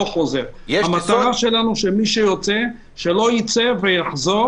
המטרה שלנו היא שמי שיוצא לא יחזור